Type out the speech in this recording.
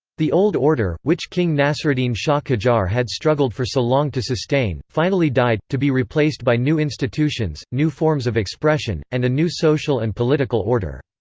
the old order, which king nassereddin shah qajar had struggled for so long to sustain, finally died, to be replaced by new institutions, new forms of expression, and a new social and political order.